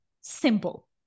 simple